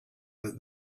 that